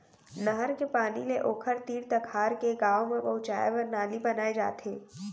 नहर के पानी ले ओखर तीर तखार के गाँव म पहुंचाए बर नाली बनाए जाथे